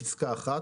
בפסקה (1),